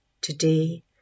today